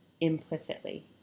implicitly